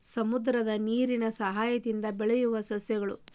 ಸಮುದ್ರದ ನೇರಿನ ಸಯಹಾಯದಿಂದ ಬೆಳಿಯುವ ಸಸ್ಯಗಳು